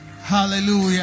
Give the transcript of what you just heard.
Hallelujah